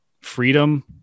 Freedom